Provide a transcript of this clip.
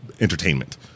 entertainment